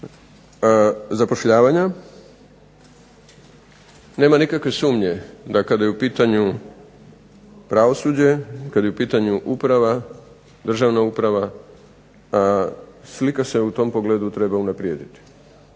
zapošljavanja nema nikakve sumnje da kada je u pitanju pravosuđe, kada je u pitanju uprava, državna uprava slika se u tom pogledu treba unaprijediti.